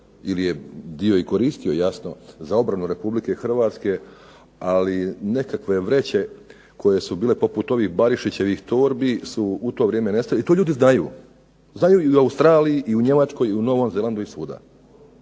ili je dio i koristio jasno za obranu Republike Hrvatske, ali nekakve vreće koje su bile poput ovih Barišićevih torbi su u to vrijeme nestali, i to ljudi znaju, znaju i u Australiji, i u Njemačkoj, i u Novom Zelandu, i svuda.